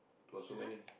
!wah! so many